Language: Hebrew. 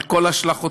על כל השלכותיו.